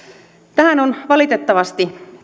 tähän ahdinkoon on valitettavasti